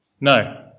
no